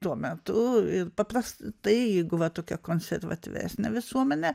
tuo metu paprastai jeigu va tokia konservatyvesnė visuomenė